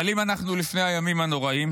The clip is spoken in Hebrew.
אבל אם אנחנו לפני הימים הנוראים